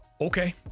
Okay